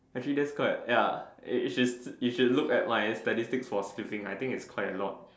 actually that's quite ya you should look at my statistic for sleeping I think it's quite a lot